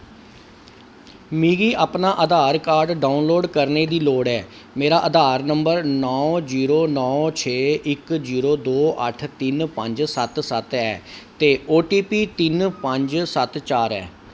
मिगी अपना Aadhaar card download करने दी लोड़ ऐ मेरा आधार नंबर नौ जीरो नौ छे इक जीरो दो अट्ठ तिन्न पंज सत्त सत्त ऐ ते ओटीपी तिन्न पंज सत्त चार ऐ